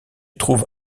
trouve